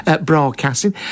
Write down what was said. broadcasting